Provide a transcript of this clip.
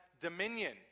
dominion